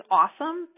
awesome